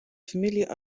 famylje